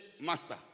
master